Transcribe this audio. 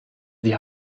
sie